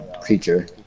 Creature